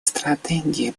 стратегии